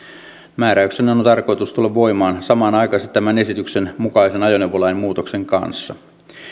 määräyksen on on tarkoitus tulla voimaan samanaikaisesti tämän esityksen mukaisen ajoneuvolain muutoksen kanssa